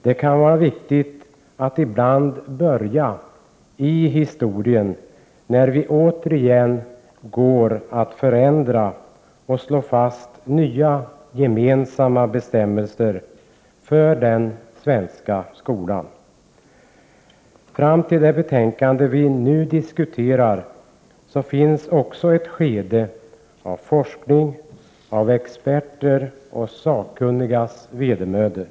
Det kan vara viktigt att ibland börja i historien när vi återigen går att förändra och slå fast nya, gemensamma bestämmelser för den svenska skolan. Före det betänkande vi nu diskuterar ligger också ett skede av forskning och experters och Prot. 1988/89:63 sakkunnigas vedermödor.